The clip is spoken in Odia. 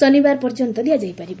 ଶନିବାର ପର୍ଯ୍ୟନ୍ତ ଦିଆଯାଇପାରିବ